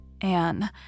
Anne